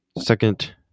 second